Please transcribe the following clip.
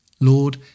Lord